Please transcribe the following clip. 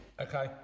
Okay